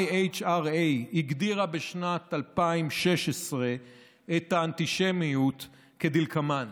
IHRA, הגדירה בשנת 2016 את האנטישמיות כדלקמן: